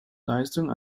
leistung